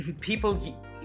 people